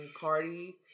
Cardi